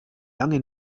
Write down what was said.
lange